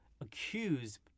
accused